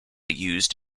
used